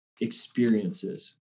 experiences